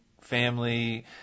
family